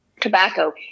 tobacco